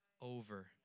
over